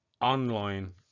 online